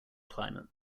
climate